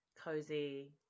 cozy